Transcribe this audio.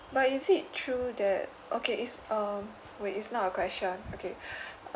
but is it true that okay it's um wait it's not a question okay